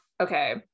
Okay